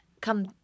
come